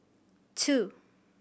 two